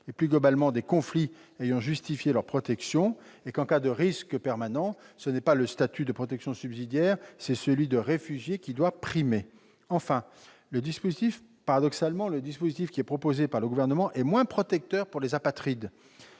et, plus largement, des conflits ayant justifié leur protection. En cas de risque permanent, ce n'est pas le statut de protection subsidiaire, mais celui de réfugié, qui doit primer. Enfin, le dispositif proposé par le Gouvernement est moins protecteur pour les apatrides.